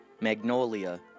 Magnolia